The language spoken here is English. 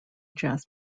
jazz